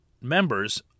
members